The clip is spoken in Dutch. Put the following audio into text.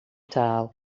taal